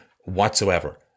whatsoever